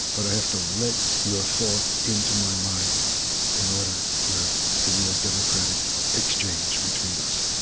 but i have to let your thought into my mind in order to have a real democratic exchange between us.